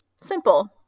Simple